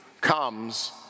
comes